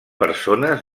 persones